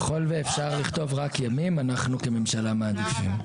ככל ואפשר לכתוב רק ימים אנחנו כממשלה מעדיפים,